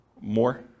More